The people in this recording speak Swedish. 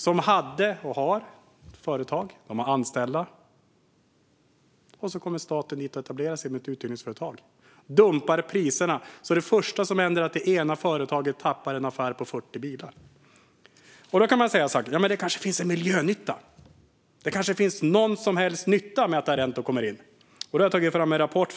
De hade och har företag med anställda, och så kommer staten dit och etablerar sig med ett uthyrningsföretag som dumpar priserna så att det första som händer är att det ena företaget tappar en affär på 40 bilar. Då kan man säga så här: Ja, men det kanske finns en miljönytta! Det kanske finns någon nytta med att Arento kommer in. Jag har låtit riksdagens utredningstjänst ta fram en rapport.